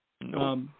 No